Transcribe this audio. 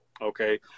Okay